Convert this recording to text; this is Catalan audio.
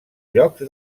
llocs